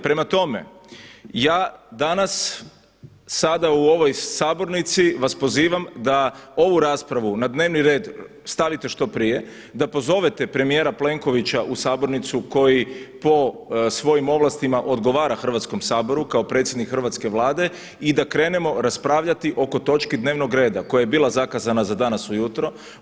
Prema tome, ja danas sada u ovoj sabornici vas pozivam da ovu raspravu na dnevni red stavite što prije, da pozovete premijera Plenkovića u sabornicu koji po svojim ovlastima odgovara Hrvatskom saboru kao predsjednik hrvatske Vlade i da krenemo raspravljati oko točki dnevnog reda koja je bila zakazana za danas ujutro.